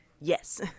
Yes